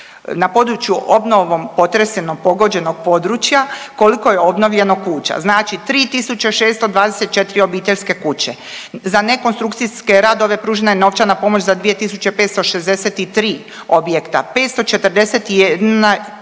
na području obnovom potresenog pogođenog područja koliko je obnovljeno kuća. Znači 3.624 obiteljske kuće, za nekonstrukcijske radove pružena je novčana pomoć za 2.563 objekta,